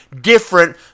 different